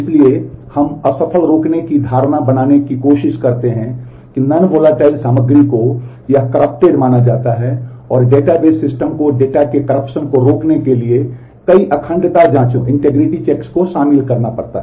इसलिए हम असफल रोकने की धारणा बनाने की कोशिश करते हैं कि नॉन वोलाटाइल सामग्री को एह कर्रप्टेड को शामिल करना पड़ता है